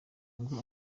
ngo